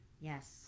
Yes